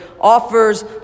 offers